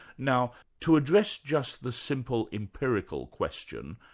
now to address just the simple empirical question,